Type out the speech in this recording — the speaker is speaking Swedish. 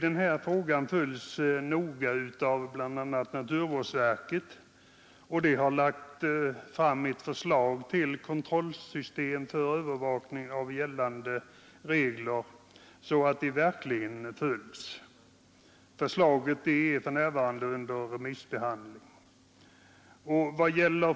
Den här frågan följs noga av bl.a. naturvårdsverket, som har lagt fram ett förslag till kontrollsystem för övervakning av gällande regler, så att de verkligen följs. Förslaget är för närvarande under remissbehandling.